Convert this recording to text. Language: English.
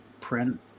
print